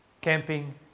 camping